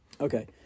Okay